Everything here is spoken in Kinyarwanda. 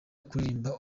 kuririmba